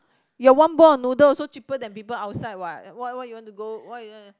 ya one bowl of noodle also cheaper than people outside what what what you want to go what you want to